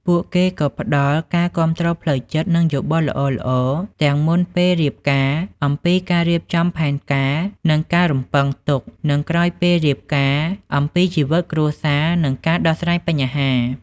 ពួកគេផ្ដល់ ការគាំទ្រផ្លូវចិត្ត និងយោបល់ល្អៗ ទាំង មុន ពេលរៀបការ អំពីការរៀបចំផែនការ និងការរំពឹងទុក និង ក្រោយ ពេលរៀបការ អំពីជីវិតគ្រួសារ និងការដោះស្រាយបញ្ហា។